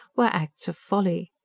were acts of folly.